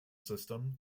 system